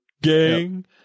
gang